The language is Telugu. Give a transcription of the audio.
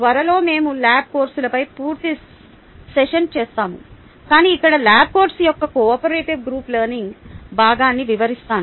త్వరలో మేము ల్యాబ్ కోర్సులపై పూర్తి సెషన్ చేస్తాము కాని ఇక్కడ ల్యాబ్ కోర్సు యొక్క కోఆపరేటివ్ గ్రూప్ లెర్నింగ్ భాగాన్ని వివరిస్తాను